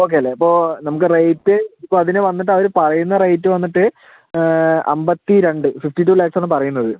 ഓക്കേയല്ലേ അപ്പോൾ നമുക്ക് റേയ്റ്റ് അതിന് വന്നിട്ട് അവര് പറയുന്ന റേയ്റ്റ് വന്നിട്ട് അമ്പത്തിരണ്ട് ഫിഫ്റ്റി ടു ലാക്സാണ് പറയുന്നത്